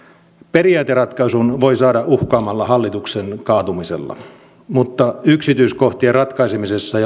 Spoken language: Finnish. periaateratkaisun voi saada uhkaamalla hallituksen kaatumisella mutta yksityiskohtien ratkaisemisessa